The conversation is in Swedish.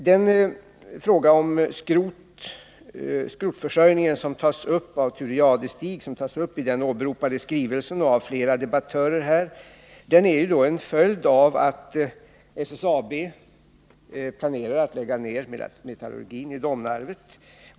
Den fråga om skrotförsörjningen som Thure Jadestig och flera debattörer här berör och som tas upp i den åberopade skrivelsen är en följd av att SSAB planerar att lägga ned metallurgin i Domnarvet.